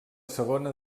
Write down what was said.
segona